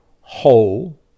whole